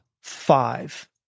five